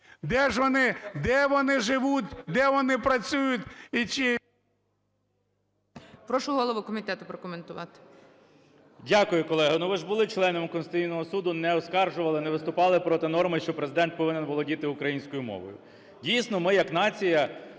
де ж вони, де вони живуть, де вони працюють і чи...